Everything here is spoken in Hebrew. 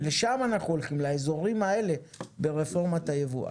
ולשם אנחנו הולכים, לאזורים האלה, ברפורמת היבוא.